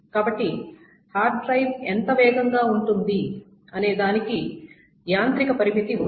కాబట్టి hard drive ఎంత వేగంగా ఉంటుంది అనే దానికి యాంత్రిక పరిమితి ఉంది